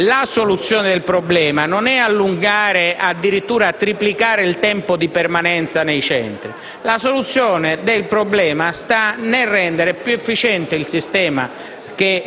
la soluzione del problema non è allungare e addirittura triplicare il tempo di permanenza nei centri. La soluzione del problema sta nel rendere più efficiente il sistema che